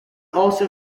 also